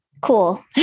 cool